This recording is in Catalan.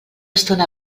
estona